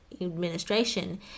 administration